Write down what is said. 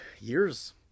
years